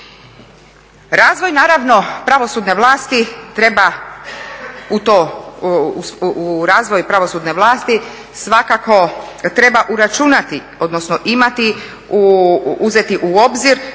razvoj pravosudne vlasti svakako treba uračunati, odnosno imati, uzeti u obzir